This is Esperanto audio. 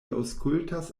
aŭskultas